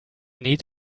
need